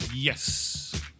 Yes